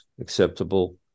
acceptable